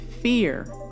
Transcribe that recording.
fear